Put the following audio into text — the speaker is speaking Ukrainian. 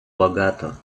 багато